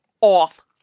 off